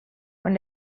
when